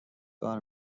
کار